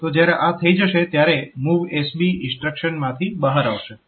તો જ્યારે આ થઈ જશે ત્યારે તે MOVSB ઇન્સ્ટ્રક્શનમાંથી બહાર આવશે